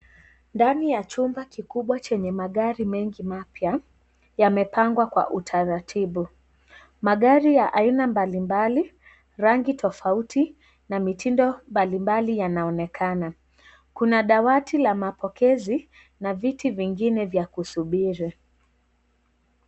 Ndani ya chumba kikubwa chenye magari mengi mapya yamepangwa kwa utaratibu, magari ya aina mbalimbali, rangi tofauti na mtindo mbalimbali yanaonekana kuna dawati la mapokezi na vitu vingine vya kusubiri.